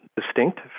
distinct